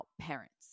parents